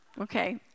Okay